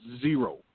zero